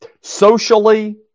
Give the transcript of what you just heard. socially